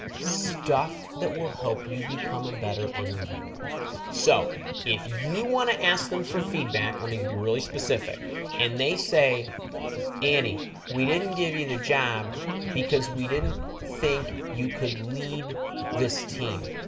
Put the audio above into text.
stuff that will help you become a better interviewer so if you want to ask them for feedback let me be really specific and they say annie we didn't give you the job because we didn't think you could lead this team